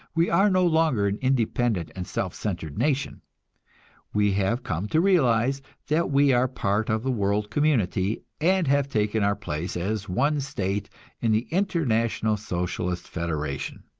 we are no longer an independent and self-centered nation we have come to realize that we are part of the world community, and have taken our place as one state in the international socialist federation.